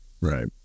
Right